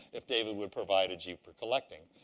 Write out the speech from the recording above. if david would provide a jeep for collecting.